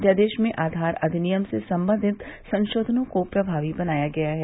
अध्यादेश में आधार अधिनियम से सम्बन्धित संशोधनों को प्रभावी बनाया गया है